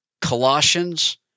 Colossians